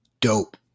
Dope